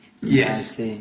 Yes